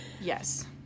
yes